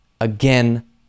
again